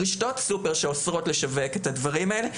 רשתות סופרים שאוסרות לשווק את הדברים האלה,